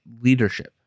leadership